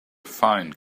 find